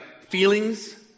feelings